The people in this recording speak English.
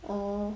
orh